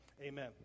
amen